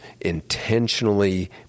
intentionally